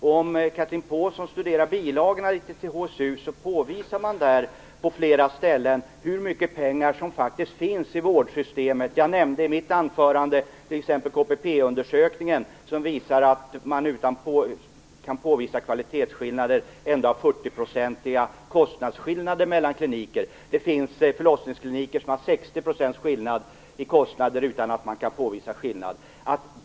Chatrine Pålsson kan studera bilagorna till HSU, där man på flera ställen påvisar hur mycket pengar som faktiskt finns i vårdsystemet. Jag nämnde i mitt anförande t.ex. KBT-undersökningen, som visar att det utan att kvalitetsskillnader kan påvisas ändå är kostnadsskillnader på 40 % mellan olika kliniker. Det finns förlossningskliniker som har 60 % skillnad i kostnader utan någon påvisad kvalitetsskillnad.